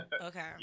Okay